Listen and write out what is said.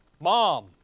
Mom